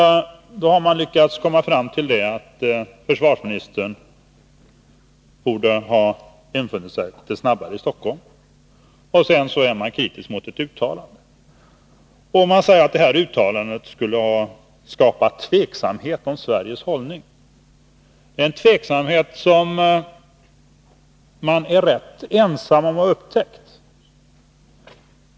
Man har lyckats komma fram till att försvarsministern litet snabbare borde ha infunnit sig i Stockholm. Dessutom är oppositionen kritisk mot ett uttalande, som man säger skall ha skapat tveksamhet om Sveriges hållning. Den tveksamheten är oppositionsledamöterna i konstitutionsutskottet ganska ensamma om att ha upptäckt.